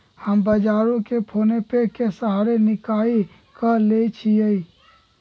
हम बजारो से फोनेपे के सहारे किनाई क लेईछियइ